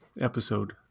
episode